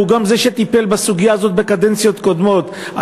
והוא זה שטיפל בסוגיה הזאת בקדנציות קודמות.